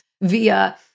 via